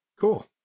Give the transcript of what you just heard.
Cool